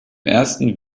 ersten